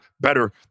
better